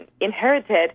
inherited